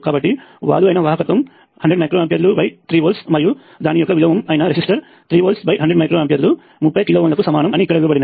కాబట్టి వాలు అయిన వాహకత్వం 100 మైక్రో ఆంపియర్లు 3 వోల్ట్లు మరియు దాని యొక్క విలోమం అయిన రెసిస్టర్ 3 వోల్ట్లు 100 మైక్రో ఆంపియర్లు 30 కిలో ఓంలకు సమానం అని ఇక్కడ ఇవ్వబడింది